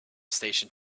station